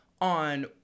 on